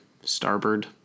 Starboard